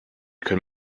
können